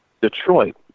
Detroit